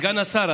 סגן השר,